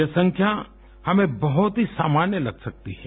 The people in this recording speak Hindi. ये संख्या हमें बहुत ही सामान्य लग सकती है